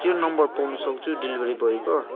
त्यो नम्बर पाउनु सक्छु डेलिभरी बोयको